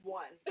one